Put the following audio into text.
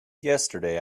yesterday